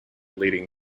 leading